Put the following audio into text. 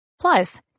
Plus